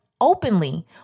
openly